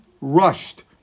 rushed